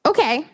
Okay